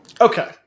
Okay